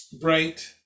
bright